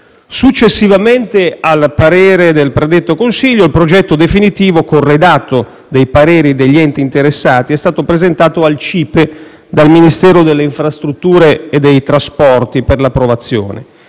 Successivamente al parere del predetto Consiglio, il progetto definitivo, corredato dei pareri degli enti interessati, è stato presentato al CIPE dal Ministero delle infrastrutture e dei trasporti per l'approvazione,